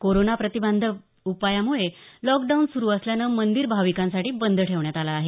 corona प्रतिबंधक उपायांमुळे lockdown सुरू असल्यानं मंदिर भाविकांसाठी बंद ठेवण्यात आले आहे